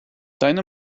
deine